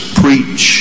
preach